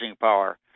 power